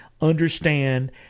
understand